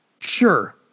Sure